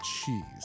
cheese